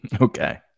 Okay